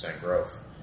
growth